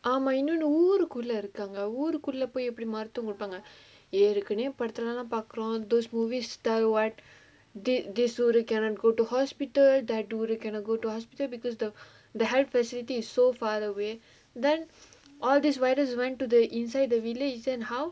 ஆமா இன்னுனு ஊருக்குள்ள இருகாங்க ஊருக்குள்ள போய் எப்டி மருத்துவோ குடுப்பாங்க:aamaa innunu oorukulla irukkaanga oorukulla poyi epdi maruthuvo kudupaanga ஏற்கனவே படதுலலா பாக்குறோ:erkanavae padathulalaa paakkuro those movie star what they they soori cannot go to hospital that ஊரு:ooru cannot go to hospital because the the helpless cities so far the away then all these virus went to inside the village and how